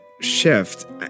shift